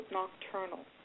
nocturnal